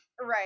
Right